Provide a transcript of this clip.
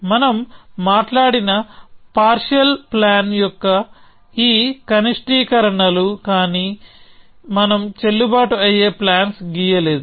మనం మాట్లాడిన partial plan యొక్క ఈ కనిష్టీకరణలు కానీ మనం చెల్లుబాటు అయ్యే ప్లాన్స్ గీయలేదు